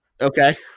Okay